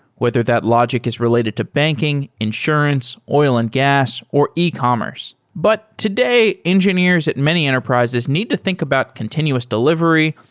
whether that logic is related to banking, insurance, oil and gas, or e-commerce. but today, engineers at many enterprises need to think about continuous delivery,